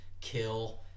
kill